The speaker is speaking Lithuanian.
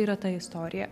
yra ta istorija